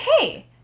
okay